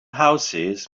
houses